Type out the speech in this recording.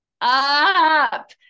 up